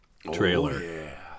Trailer